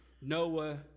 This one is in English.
Noah